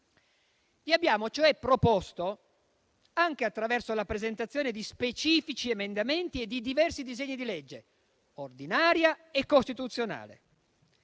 Vi abbiamo cioè proposto, anche attraverso la presentazione di specifici emendamenti e di diversi disegni di legge ordinari e costituzionali,